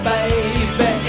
Baby